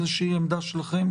עמדה שלכם?